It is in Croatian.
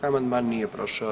Amandman nije prošao.